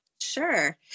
Sure